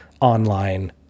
online